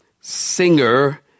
singer